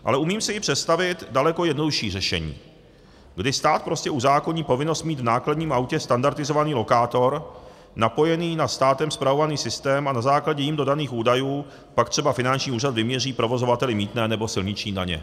Ale umím si i představit daleko jednodušší řešení, kdy stát prostě uzákoní povinnost mít v nákladním autě standardizovaný lokátor napojený na státem spravovaný systém a na základě jím dodaných údajů pak třeba finanční úřad vyměří provozovateli mýtné nebo silniční daně.